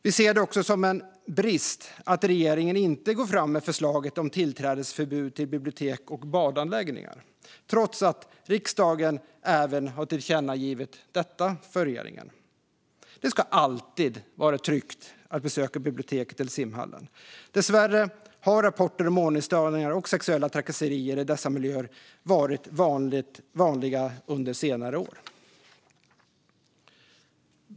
Vi ser det också som en brist att regeringen inte går fram med förslaget om tillträdesförbud till bibliotek och badanläggningar, trots att riksdagen även har tillkännagivit detta för regeringen. Det ska alltid vara tryggt att besöka biblioteket eller simhallen. Dessvärre har rapporter om ordningsstörningar och sexuella trakasserier i dessa miljöer varit vanliga under senare år.